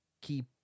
keep